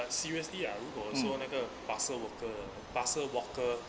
but seriously ah 如果我说那个 parcel worker 的 parcel worker